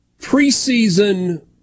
preseason